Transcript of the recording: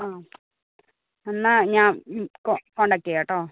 ആ ഓക്കെ എന്നാൽ ഞാൻ കോ കോൺടാക്ട് ചെയ്യാം കേട്ടോ